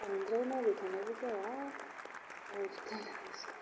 बांद्राय नायबाय थानायबो जाया